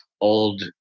old